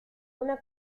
una